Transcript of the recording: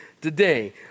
today